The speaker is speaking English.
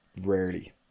rarely